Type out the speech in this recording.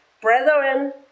Brethren